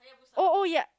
oh oh ya